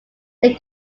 their